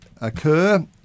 occur